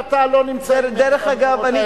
אני ואתה לא נמצאים במקומות האלה,